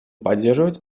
поддерживать